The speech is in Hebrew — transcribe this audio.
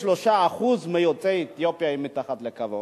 63% מיוצאי אתיופיה הם מתחת לקו העוני,